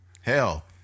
hell